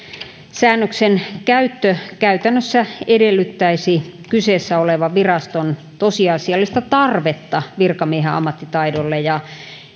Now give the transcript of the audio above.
säännöksen käyttö käytännössä edellyttäisi kyseessä olevan viraston tosiasiallista tarvetta virkamiehen ammattitaidolle ja